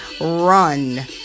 run